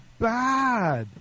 bad